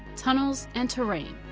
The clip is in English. tunnels, and terrain.